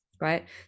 right